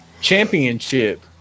championship